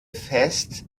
fest